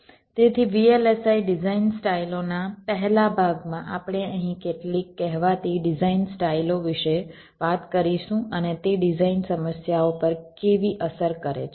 તેથી VLSI design સ્ટાઈલઓના પહેલા ભાગમાં આપણે અહીં કેટલીક કહેવાતી ડિઝાઇન સ્ટાઈલઓ વિશે વાત કરીશું અને તે ડિઝાઇન સમસ્યાઓ પર કેવી અસર કરે છે